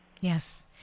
Yes